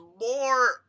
more